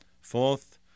Fourth